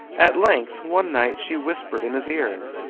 at length one night she whispered in his ear,